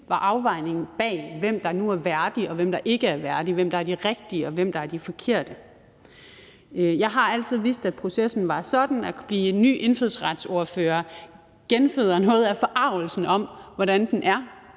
afvejning bag, hvem der nu er værdig, og hvem der ikke er værdig, hvem der er de rigtige, og hvem der er de forkerte. Jeg har altid vidst, at processen var sådan, og det at blive en ny indfødsretsordfører genføder noget af forargelsen over, hvordan den er,